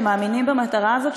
שמאמינים במטרה הזאת,